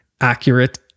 accurate